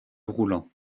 roulant